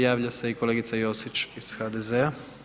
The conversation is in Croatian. Javlja se i kolegica Josić iz HDZ-a.